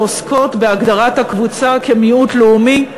שעוסקות בהגדרת הקבוצה כמיעוט לאומי,